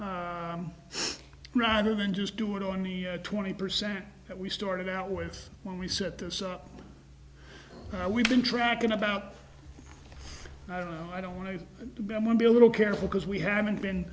say rather than just do it on the twenty percent that we started out with when we set this up now we've been tracking about i don't know i don't want to be a little careful because we haven't been